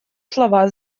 слова